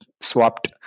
swapped